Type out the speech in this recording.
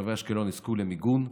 ותושבי אשקלון יזכו למיגון.